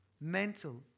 mental